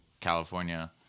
california